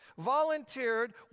volunteered